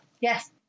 Yes